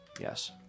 Yes